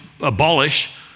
abolish